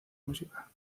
música